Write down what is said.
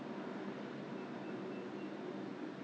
忘记了几百块 ah a lot of items ah actually